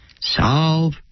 solve